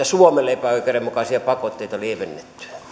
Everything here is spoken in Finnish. suomelle epäoikeudenmukaisia pakotteita lievennettyä